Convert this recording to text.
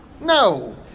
no